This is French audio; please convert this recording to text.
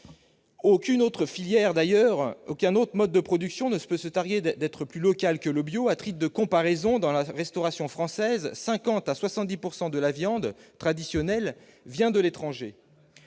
Aucune autre filière, aucun autre mode de production ne se peut se targuer d'être plus local que le bio. À titre de comparaison, dans la restauration française, de 50 % à 70 % de la viande produite de manière traditionnelle vient de l'étranger.